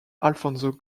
alfonso